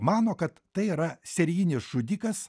mano kad tai yra serijinis žudikas